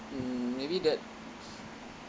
mm maybe that